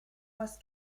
was